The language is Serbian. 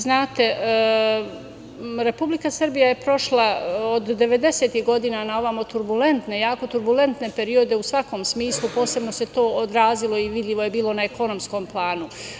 Znate, Republika Srbija je prošla od devedesetih godina na ovamo turbulentne, jako turbulentne periode u svakom smislu posebno se to odrazilo i vidljivo je bilo na ekonomskom planu.